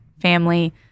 family